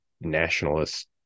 nationalist